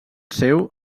seu